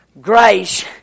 Grace